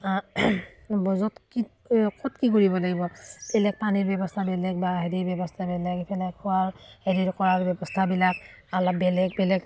ব য'ত কি ক'ত কি কৰিব লাগিব বেলেগ পানীৰ ব্যৱস্থা বেলেগ বা হেৰিৰ ব্যৱস্থা বেলেগ ইফালে খোৱাৰ হেৰি কৰাৰ ব্যৱস্থা বেলেগ অলপ বেলেগ বেলেগ